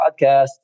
podcast